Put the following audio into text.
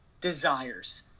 desires